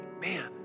man